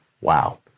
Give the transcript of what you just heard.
Wow